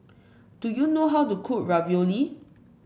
do you know how to cook ravioli